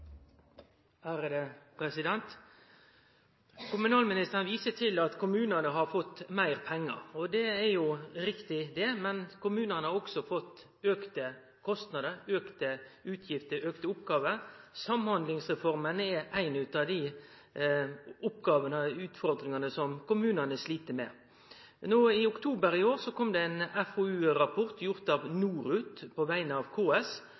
blir replikkordskifte. Kommunalministeren viser til at kommunane har fått meir pengar. Det er jo riktig, men kommunane har også fått auka kostnader, auka utgifter og fleire oppgåver. Samhandlingsreforma er ei av dei oppgåvane og utfordringane som kommunane slit med. I oktober i år kom det ein FoU-rapport utarbeidd av NORUT på vegner av KS.